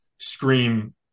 scream